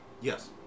Yes